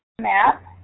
map